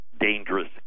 dangerous